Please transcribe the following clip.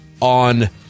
on